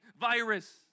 virus